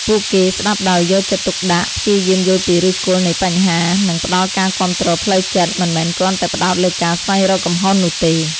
ពួកគេស្ដាប់ដោយយកចិត្តទុកដាក់ ព្យាយាមយល់ពីឫសគល់នៃបញ្ហា និងផ្ដល់ការគាំទ្រផ្លូវចិត្ត មិនមែនគ្រាន់តែផ្ដោតលើការស្វែងរកកំហុសនោះទេ។